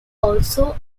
also